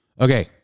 Okay